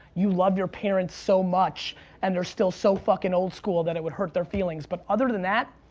you love your parents so much and they're still so fucking old-school that it would hurt their feelings. but other than that,